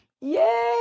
Yay